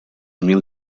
mil